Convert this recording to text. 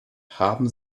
haben